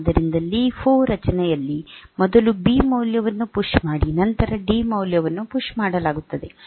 ಆದ್ದರಿಂದ ಲೀಫೋ ರಚನೆಯಲ್ಲಿ ಮೊದಲು ಬಿ ಮೌಲ್ಯವನ್ನು ಪುಶ್ ಮಾಡಿ ನಂತರ ಡಿ ಮೌಲ್ಯವನ್ನು ಪುಶ್ ಮಾಡಲಾಗುತ್ತದೆ